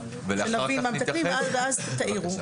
שנבין מה מתקנים ואז תעירו.